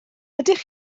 ydych